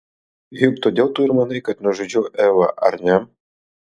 juk todėl tu ir manai kad nužudžiau evą ar ne